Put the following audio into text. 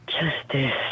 Justice